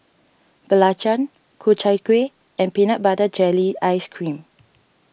Belacan Ku Chai Kueh and Peanut Butter Jelly Ice Cream